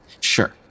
Sure